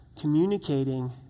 communicating